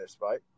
right